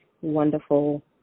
wonderful